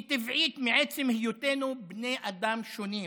היא טבעית מעצם היותנו בני אדם שונים,